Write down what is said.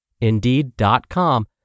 Indeed.com